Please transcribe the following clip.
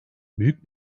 büyük